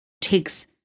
takes